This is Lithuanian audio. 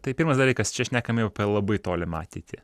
tai pirmas dalykas čia šnekame apie labai tolimą ateitį